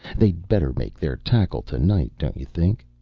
they'd better make their tackle to-night, don't you think?